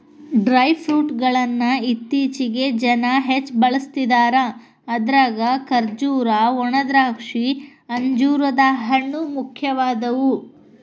dry fruit ಗಳ್ಳನ್ನ ಇತ್ತೇಚಿಗೆ ಜನ ಹೆಚ್ಚ ಬಳಸ್ತಿದಾರ ಅದ್ರಾಗ ಖರ್ಜೂರ, ಒಣದ್ರಾಕ್ಷಿ, ಅಂಜೂರದ ಹಣ್ಣು, ಮುಖ್ಯವಾದವು